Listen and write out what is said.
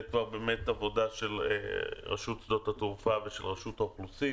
זאת כבר באמת עבודה של רשות שדות התעופה ושל רשות האוכלוסין,